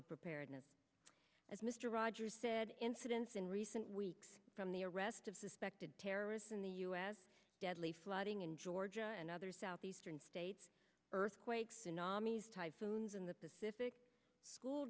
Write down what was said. of preparedness as mr rogers said incidents in recent weeks from the arrest of suspected terrorists in the u s deadly flooding in georgia and other southeastern states earthquakes tsunamis typhoons in the pacific school